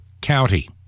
county